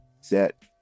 set